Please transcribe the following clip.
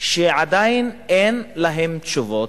שעדיין אין עליהן תשובות.